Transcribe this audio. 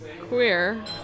queer